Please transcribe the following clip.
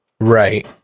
Right